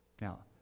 Now